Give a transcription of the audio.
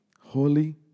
holy